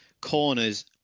corners